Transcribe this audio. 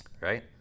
right